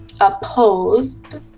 opposed